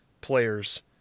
players